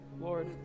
lord